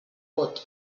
vot